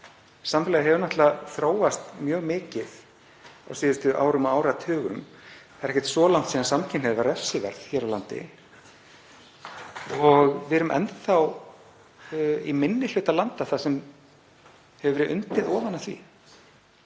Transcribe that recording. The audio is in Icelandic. Samfélagið hefur þróast mjög mikið á síðustu árum og áratugum. Það er ekkert svo langt síðan samkynhneigð var refsiverð hér á landi og við erum enn í minni hluta landa þar sem undið hefur verið ofan af því.